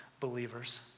believers